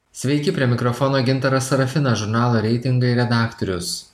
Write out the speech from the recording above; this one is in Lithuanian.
sveiki prie mikrofono gintaras sarafinas žurnalo reitingai redaktorius